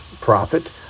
profit